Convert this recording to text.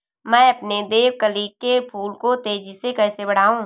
मैं अपने देवकली के फूल को तेजी से कैसे बढाऊं?